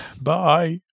Bye